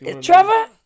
Trevor